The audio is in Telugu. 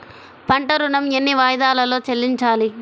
పంట ఋణం ఎన్ని వాయిదాలలో చెల్లించాలి?